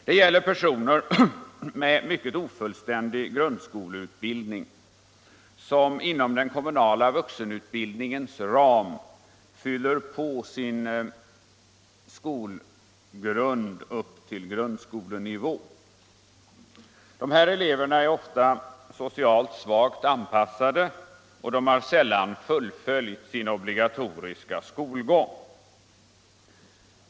Det gäller personer med mycket ofullständig grundskoleutbildning, som inom den kommunala vuxenutbildningens ram fyller på sin skolgång upp till grundskolenivå. Dessa elever är ofta socialt svagt anpassade och har sällan fullföljt den obligatoriska skolgången.